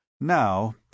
Now